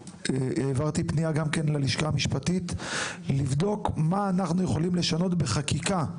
והעברתי גם פנייה ללשכה המשפטית לבדוק מה אנחנו יכולים לשנות בחקיקה,